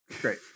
great